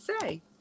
say